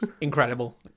Incredible